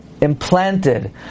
implanted